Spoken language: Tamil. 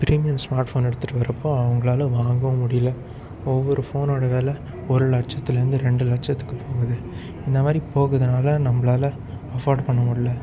ப்ரீமியம் ஸ்மார்ட் ஃபோன் எடுத்துகிட்டு வரப்போ அவங்களால வாங்கவும் முடியல ஒவ்வொரு ஃபோனோட வில ஒரு லட்சத்திலேருந்து ரெண்டு லட்சத்துக்கு போகுது இந்த மாதிரி போகுதுனால் நம்மளால அஃபர்ட் பண்ண முடில